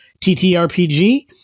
TTRPG